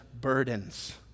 burdens